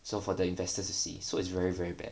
so for the investors to see so it's very very bad